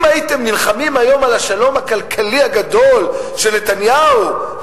אם הייתם נלחמים היום על השלום הכלכלי הגדול של נתניהו,